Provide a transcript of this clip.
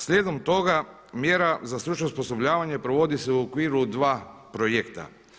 Slijedom toga mjera za stručno osposobljavanje provodi se u okviru dva projekta.